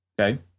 Okay